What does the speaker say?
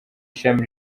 ishami